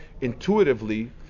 intuitively